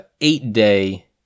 eight-day